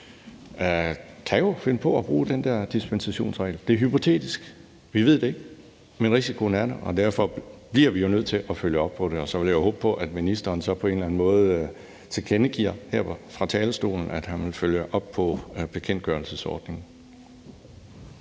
kan jo finde på at bruge den der dispensationsregel. Det er hypotetisk, vi ved det ikke, men risikoen er der. Derfor bliver vi jo nødt til at følge op på det. Så vil jeg håbe på, at ministeren på en eller anden måde tilkendegiver her fra talerstolen, at han vil følge op på bekendtgørelsesændringen.